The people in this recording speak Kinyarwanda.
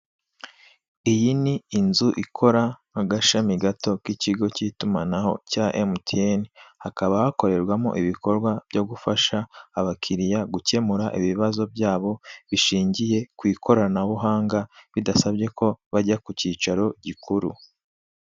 Iyi n'inzu ikora agashami gato k'ikigo cy'itumanaho cya emutiyeni hakaba hakorerwamo ibikorwa byo gufasha abakiriya gukemura ibibazo byabo bishingiye ku ikorana buhanga bidasabye ko bajya ku cyicaro gikuru.